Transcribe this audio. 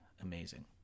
amazing